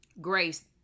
Grace